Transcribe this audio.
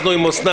אנחנו עם אוסנת.